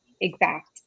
exact